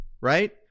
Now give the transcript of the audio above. right